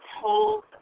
told